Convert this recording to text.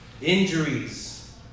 injuries